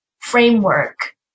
framework